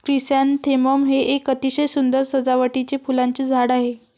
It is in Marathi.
क्रिसॅन्थेमम हे एक अतिशय सुंदर सजावटीचे फुलांचे झाड आहे